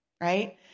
right